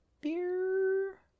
beer